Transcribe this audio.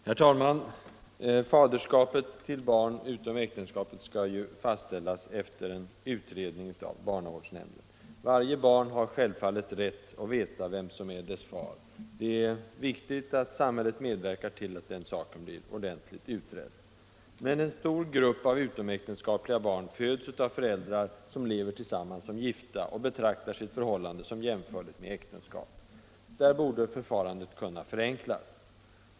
Herr talman! Faderskapet till barn utom äktenskapet skall fastställas efter utredning av barnavårdsnämnden. Varje barn har självfallet rätt att veta vem som är dess far. Det är riktigt att samhället medverkar till att den saken blir ordentligt utredd. Men en stor grupp av utomäktenskapliga barn föds av föräldrar som lever tillsammans som gifta och betraktar sitt förhållande som jämförligt med äktenskap. Där borde förfarandet kunna förenklas.